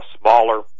smaller